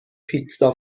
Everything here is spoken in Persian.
پیتزا